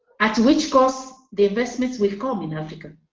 at which costs the investments will come in africa.